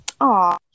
Aw